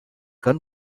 gun